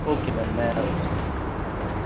okay ma'am मैं उसको pick करने आता हूँ बिल्कुल